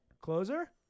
Closer